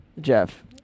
Jeff